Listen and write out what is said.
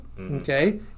okay